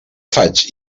faig